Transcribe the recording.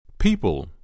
people